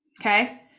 Okay